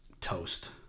toast